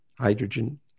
hydrogen